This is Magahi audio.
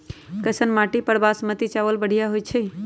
कैसन माटी पर बासमती चावल बढ़िया होई छई?